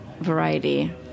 variety